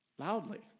Loudly